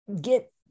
get